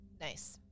Nice